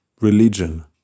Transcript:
religion